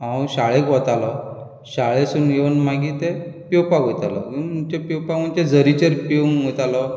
हांव शाळेक वतालो शाळेसून येवन मागीर ते पेंवपाक वयतालो पेंवपाक म्हणजे झरीचेर पेंवक वतालो